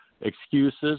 excuses